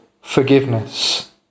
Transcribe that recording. forgiveness